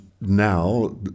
now